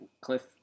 Cliff